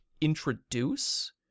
introduce